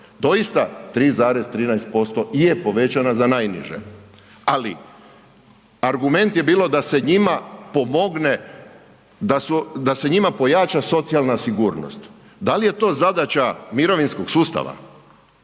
Doista 3,13% je povećana za najniže, ali argument je bilo da se njima pomogne, da se njima pojača socijalna sigurnost. Da li je to zadaća mirovinskog sustava?